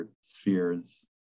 spheres